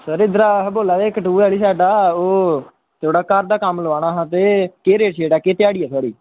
एह् अस इद्धरा बोला दे कठुआ आह्ली साईड दा ओह् ते थोह्ड़ा घर दा कम्म कराना हा ते केह् रेट ऐ थुआढ़ा केह् ध्याड़ी ऐ थुआढ़ी